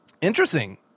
Interesting